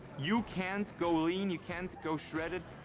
you can't go lean, you can't go shredded,